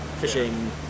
fishing